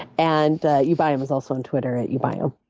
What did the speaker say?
and ubiome is also on twitter at ubiome.